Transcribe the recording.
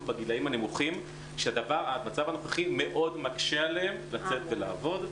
בגילאים הנמוכים שהמצב הנוכחי מאוד מקשה עליהם לצאת לעבודה.